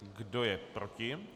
Kdo je proti?